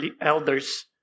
elders